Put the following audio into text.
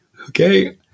Okay